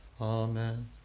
Amen